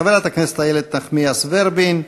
חברת הכנסת איילת נחמיאס ורבין,